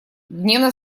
гневно